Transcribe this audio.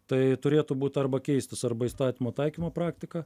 tai turėtų būt arba keistis arba įstatymo taikymo praktika